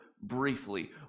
briefly